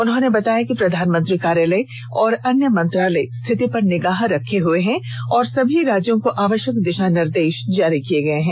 उन्होंने बताया कि प्रधानमंत्री कार्यालय और अन्य मंत्रालय स्थिति पर निगाह रखे हुए हैं और सभी राज्यों को आवश्यक दिशा निर्देश जारी किए गए हैं